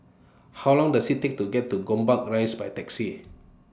How Long Does IT Take to get to Gombak Rise By Taxi